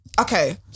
okay